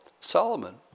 Solomon